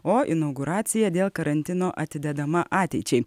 o inauguracija dėl karantino atidedama ateičiai